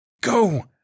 Go